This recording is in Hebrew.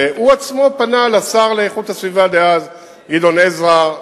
שהוא עצמו פנה אל השר לאיכות הסביבה דאז גדעון עזרא,